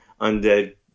undead